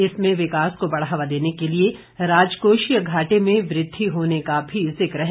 इसमें विकास को बढ़ावा देने के लिए राजकोषीय घाटे में वृद्धि होने का भी जिक्र है